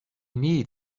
need